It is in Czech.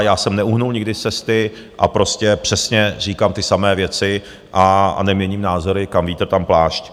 Já jsem neuhnul nikdy z cesty a prostě přesně říkám ty samé věci a neměním názory, kam vítr, tam plášť.